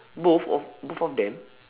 both of both of them